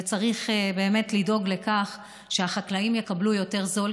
וצריך לדאוג לכך שהחקלאים יקבלו יותר בזול,